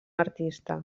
artista